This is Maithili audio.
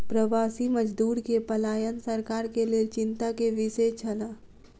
प्रवासी मजदूर के पलायन सरकार के लेल चिंता के विषय छल